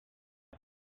sim